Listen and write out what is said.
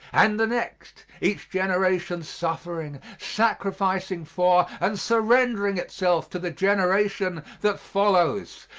and the next each generation suffering, sacrificing for and surrendering itself to the generation that follows.